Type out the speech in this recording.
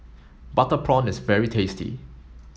butter prawn is very tasty